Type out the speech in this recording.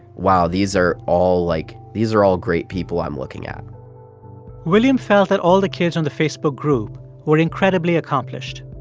wow, these are all like, these are all great people i'm looking at william felt that all the kids on the facebook group were incredibly accomplished.